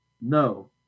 No